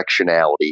directionality